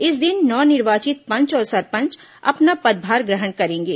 इस दिन नव निर्वाचित पंच और सरपंच अपना पदभार ग्रहण करेंगे